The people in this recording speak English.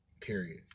Period